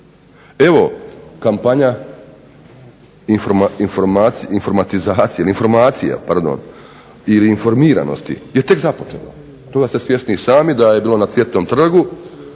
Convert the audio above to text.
Evo, kampanja informacija ili informiranosti je tek započela. Toga ste svjesni i sami da je bilo na Cvjetnom trgu